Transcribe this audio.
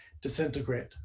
disintegrate